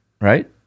right